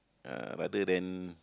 uh rather than